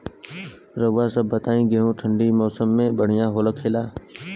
रउआ सभ बताई गेहूँ ठंडी के मौसम में बढ़ियां होखेला?